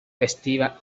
festiva